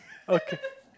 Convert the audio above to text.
okay